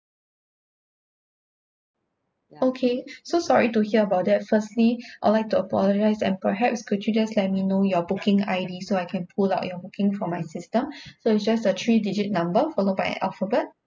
okay so sorry to hear about that firstly I'd like to apologize and perhaps could you just let me know your booking I_D so I can pull out your booking from my system so it's just a three digit number followed by an alphabet